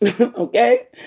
okay